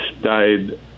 died